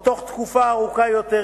או בתוך תקופה ארוכה יותר,